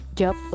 job